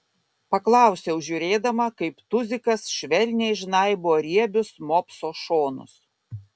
paklausiau žiūrėdama kaip tuzikas švelniai žnaibo riebius mopso šonus